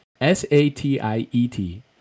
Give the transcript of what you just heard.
S-A-T-I-E-T